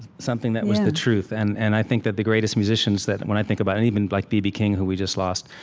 something that was the truth. and and i think that the greatest musicians that when i think about and even like b b. king, whom we just lost,